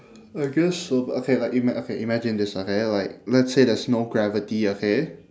I guess so but okay like ima~ okay imagine this okay like let's say there's no gravity okay